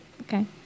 Okay